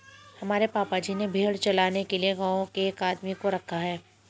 हमारे पापा जी ने भेड़ चराने के लिए गांव के एक आदमी को रखा है